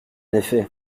effet